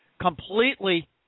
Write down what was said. completely